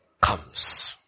comes